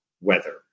weather